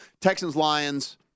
Texans-Lions